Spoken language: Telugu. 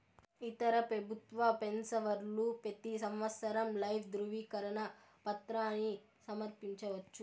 ఇతర పెబుత్వ పెన్సవర్లు పెతీ సంవత్సరం లైఫ్ దృవీకరన పత్రాని సమర్పించవచ్చు